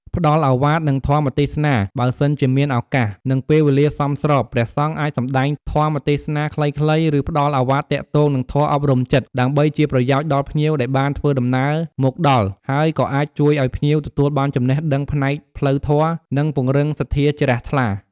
ព្រះអង្គជាបុគ្គលគំរូក្នុងព្រះពុទ្ធសាសនា ដូច្នេះរាល់កាយវិការ និងពាក្យសម្ដីរបស់ព្រះអង្គគឺមានឥទ្ធិពលលើចិត្តគំនិតរបស់ពុទ្ធបរិស័ទ និងភ្ញៀវ។